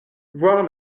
voir